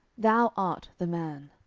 thou art the man.